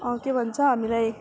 के भन्छ हामीलाई